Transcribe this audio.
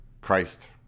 Christ